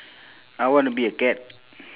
I wanna be a cat